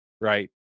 right